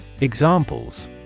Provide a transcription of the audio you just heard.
Examples